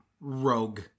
Rogue